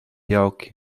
jauki